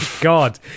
god